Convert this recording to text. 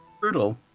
brutal